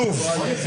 עלוב.